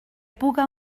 puga